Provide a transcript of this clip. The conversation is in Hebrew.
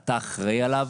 אתה אחראי עליו,